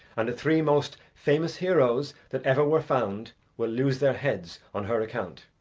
and the three most famous heroes that ever were found will lose their heads on her account.